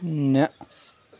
نہ